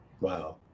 Wow